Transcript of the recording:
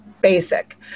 basic